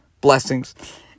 blessings